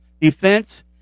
defense